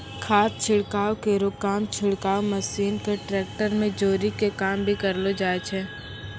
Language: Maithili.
खाद छिड़काव केरो काम छिड़काव मसीन क ट्रेक्टर में जोरी कॅ भी करलो जाय छै